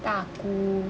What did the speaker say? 大姑